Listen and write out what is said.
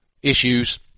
Issues